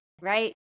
right